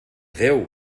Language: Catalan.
déu